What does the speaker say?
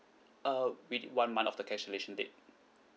uh within one month of the cancellation date